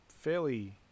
fairly